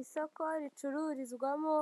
Isoko ricururizwamo